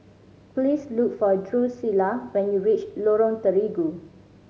please look for Drusilla when you reach Lorong Terigu